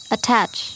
Attach